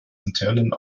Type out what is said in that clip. internen